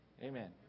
Amen